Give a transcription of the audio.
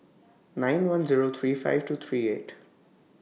nine one Zero three five two three eight